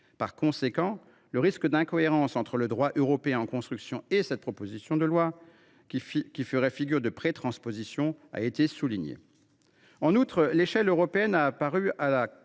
Par conséquent, le risque d’incohérence entre le droit européen en construction et cette proposition de loi, qui ferait figure de « prétransposition », a été souligné. En outre, l’échelle européenne a paru à la